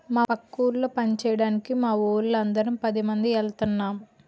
పక్క ఊళ్ళో పంచేయడానికి మావోళ్ళు అందరం పదిమంది ఎల్తన్నం